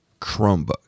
chromebook